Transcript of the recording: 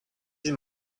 sie